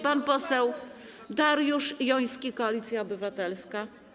Pan poseł Dariusz Joński, Koalicja Obywatelska.